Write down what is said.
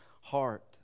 heart